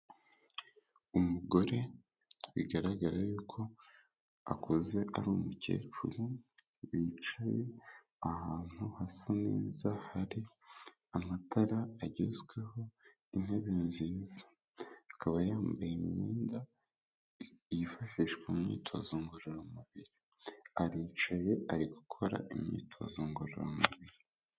Umugore bigaragara yuko akuze ari umukecuru wicaye ahantu hasa neza hari amatara agezweho, intebe nziza, akaba yambaye imyenda yifashishwa mu myitozo ngororamubiri, aricaye ari gukora imyitozo ngororamubiri.